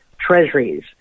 treasuries